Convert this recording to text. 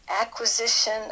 acquisition